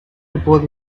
report